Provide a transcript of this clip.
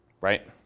right